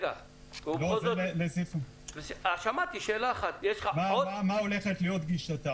מה הולכת להיות גישתם.